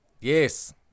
Yes